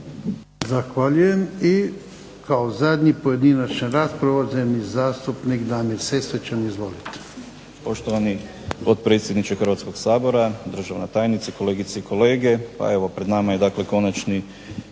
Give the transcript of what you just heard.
Zahvaljujem. I kao zadnji pojedinačna rasprava uvaženi zastupnik Damir Sesvečan. Izvolite.